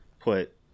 put